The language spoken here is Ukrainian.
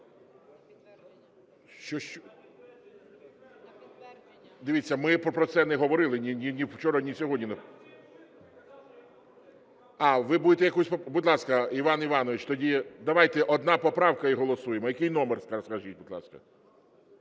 Дивіться, ми про це не говорили ні вчора, ні сьогодні. Будь ласка, Іван Іванович, тоді давайте одна поправка, і голосуємо. Який номер, скажіть, будь ласка.